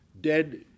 Dead